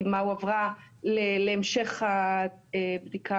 הדגימה הועברה להמשך הבדיקה